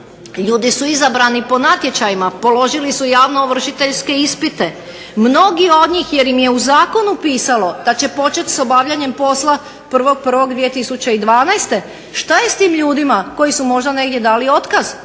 ljudi su izabrani po natječajima, položili su javnoovršiteljske ispite, mnogi od njih jer im je u zakonu pisalo da će početi sa obavljanjem posla 1.1.2012. Što je s tim ljudima koji su možda negdje dali otkaz